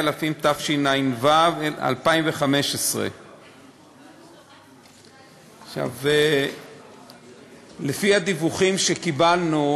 התשע"ו 2015. לפי הדיווחים שקיבלנו,